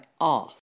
off